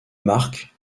mark